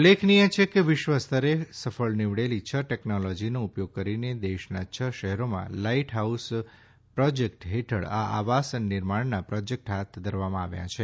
ઉલ્લેખનીય છે કે વિશ્વસ્તરે સફળ નીવડેલી છ ટેકનોલોજીનો ઉપયોગ કરીને દેશના છ શહેરોમાં લાઇટ હાઉસ પ્રોજેક્ટ હેઠળ આ આવાસ નિર્માણના પ્રોજેક્ટ હાથ ધરવામાં આવ્યા છે